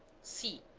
c.